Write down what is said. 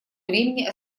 времени